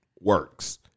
works